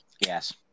yes